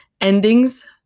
endings